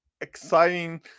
exciting